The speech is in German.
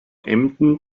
emden